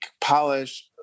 polish